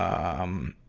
um,